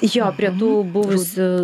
jo prie tų buvusių